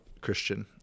Christian